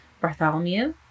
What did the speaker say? Bartholomew